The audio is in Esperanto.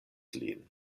lin